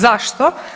Zašto?